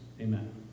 Amen